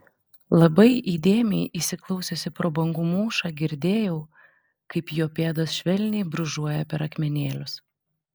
labai įdėmiai įsiklausiusi pro bangų mūšą girdėjau kaip jo pėdos švelniai brūžuoja per akmenėlius